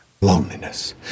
loneliness